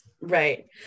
Right